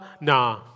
Nah